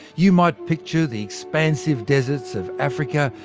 you might picture the expansive deserts of africa,